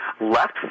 left